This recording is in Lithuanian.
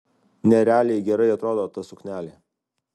nerealiai gerai atrodo ta suknelė